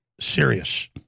serious